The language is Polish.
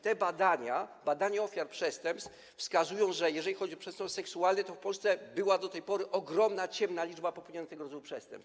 Te badania, badania ofiar przestępstw wskazują, że jeżeli chodzi o przestępstwa seksualne, to w Polsce była do tej pory ogromna ciemna liczba popełnionych tego rodzaju przestępstw.